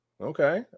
Okay